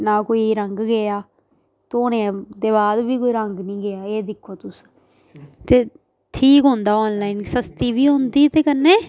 ना कोई रंग गेआ धोने दे बाद बी कोई रंग नी गेआ ऐ दिक्खो तुस ते ठीक होंदा आनलाइन सस्ती बी होंदी ते कन्नै